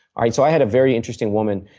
alright, so i had a very interesting woman.